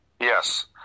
Yes